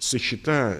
su šita